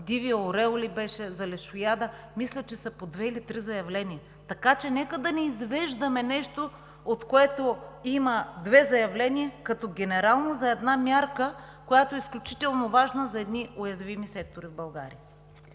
дивия орел ли беше, за лешояда, мисля, че са по две или три заявления. Така че нека да не извеждаме нещо, от което има две заявления като генерално за една мярка, която е изключително важна за едни уязвими сектори в България.